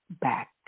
back